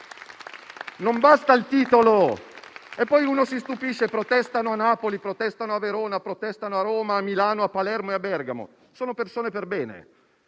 Non basta il titolo! Poi uno si stupisce se protestano a Napoli, a Verona, a Roma, a Milano, a Palermo o a Bergamo. Sono persone perbene: